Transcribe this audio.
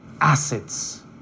assets